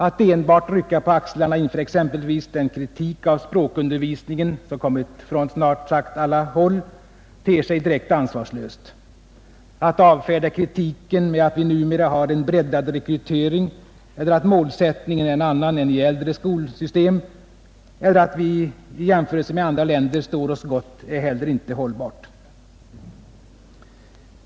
Att enbart rycka på axlarna inför exempelvis den kritik av språkundervisningen som kommit från snart sagt alla håll, ter sig direki ansvarslöst. Att avfärda kritiken med att vi numera har en breddad rekrytering eller att målsättningen är en annan än i äldre skolsystem eller att vi i jämförelse med andra länder står oss gott är heller inte hållbart.